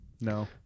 no